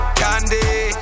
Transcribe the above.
candy